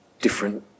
different